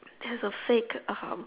there's a fake um